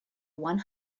one